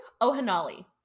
Ohanali